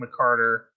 McCarter